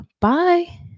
bye